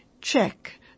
Check